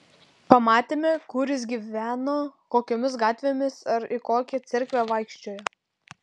pamatėme kur jis gyveno kokiomis gatvėmis ar į kokią cerkvę vaikščiojo